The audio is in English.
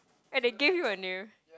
and I give it on you